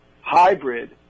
hybrid